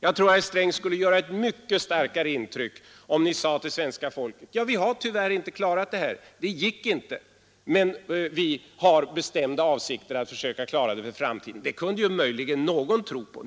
Jag tror att herr Sträng skulle göra ett mycket starkare intryck, om han sade till svenska folket: Ja, vi har tyvärr inte klarat det här. Det gick inte, men vi har bestämda avsikter att försöka klara det för framtiden. Det kunde möjligen någon tro på.